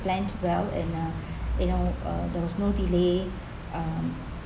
planned well and um you know uh there was no delay um